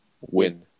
win